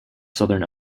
southern